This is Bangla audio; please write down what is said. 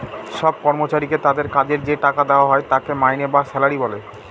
সব কর্মচারীকে তাদের কাজের যে টাকা দেওয়া হয় তাকে মাইনে বা স্যালারি বলে